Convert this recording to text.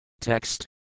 Text